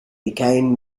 became